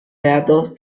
datos